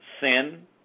sin